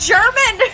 German